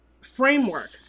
Framework